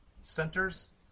Centers